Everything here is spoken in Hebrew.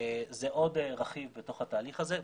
זה עוד רכיב בתוך התהליך הזה.